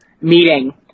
meeting